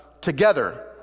together